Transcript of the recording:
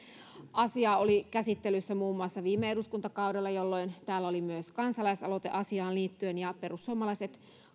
asia oli käsittelyssä muun muassa viime eduskuntakaudella jolloin täällä oli myös kansalaisaloite asiaan liittyen perussuomalaiset